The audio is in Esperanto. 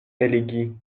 eligi